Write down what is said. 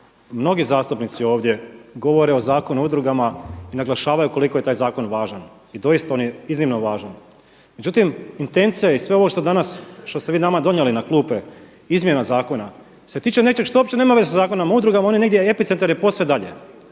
mnogi zastupnici ovdje govore o Zakonu o udrugama i naglašavaju koliko je taj zakon važan i doista on je iznimno važan. Međutim, intencija i sve ovo što danas što ste vi nama donijeli na klupe izmjena zakona se tiče nečeg što uopće nema veze sa Zakonom o udrugama. On je, epicentar je posve dalje.